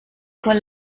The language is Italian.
con